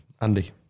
Andy